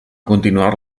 continuar